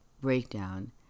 breakdown